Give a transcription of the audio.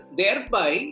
thereby